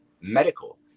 medical